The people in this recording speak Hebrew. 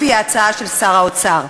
לפי ההצעה של שר האוצר.